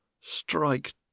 STRIKE